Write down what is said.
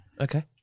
Okay